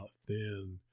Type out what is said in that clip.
thin